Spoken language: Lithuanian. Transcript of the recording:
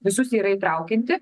visus yra įtraukianti